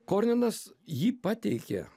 korninas ji pateikė